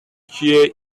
cheer